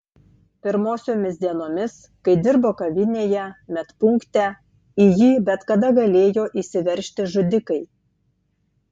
pirmosiomis dienomis kai dirbo kavinėje medpunkte į jį bet kada galėjo įsiveržti žudikai